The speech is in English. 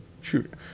Shoot